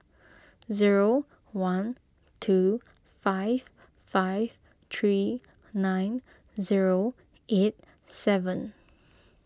zero one two five five three nine zero eight seven